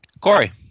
Corey